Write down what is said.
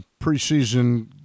preseason